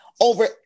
over